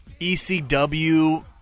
ECW